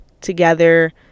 together